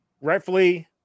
rightfully